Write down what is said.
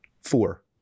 Four